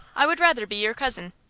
i would rather be your cousin.